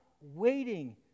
waiting